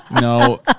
No